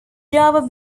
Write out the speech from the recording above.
java